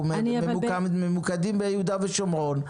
אנחנו ממוקדים ביהודה ושומרון.